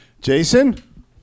Jason